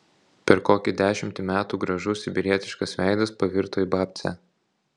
per kokį dešimtį metų gražus sibirietiškas veidas pavirto į babcę